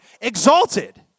Exalted